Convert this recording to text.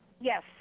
Yes